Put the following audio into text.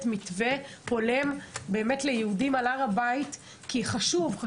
מתווה הולם ליהודים על הר הבית כי זה חשוב.